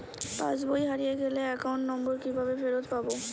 পাসবই হারিয়ে গেলে account number কিভাবে ফেরত পাব?